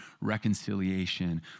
reconciliation